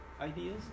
ideas